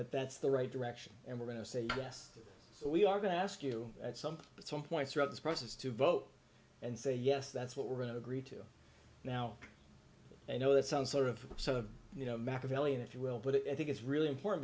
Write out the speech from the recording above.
that that's the right direction and we're going to say yes we are going to ask you something at some point throughout this process to vote and say yes that's what we're going to agree to now i know that sounds sort of you know back of eliot if you will but it i think it's really important